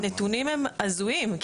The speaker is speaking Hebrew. הנתונים הזויים.